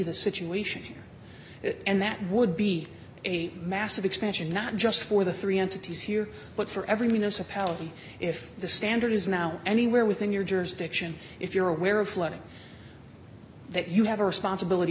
the situation here and that would be a massive expansion not just for the three entities here but for every municipality if the standard is now anywhere within your jurisdiction if you're aware of flooding that you have a responsibility